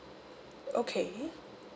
okay